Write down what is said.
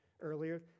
earlier